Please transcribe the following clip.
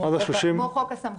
כמו חוק הסמכויות.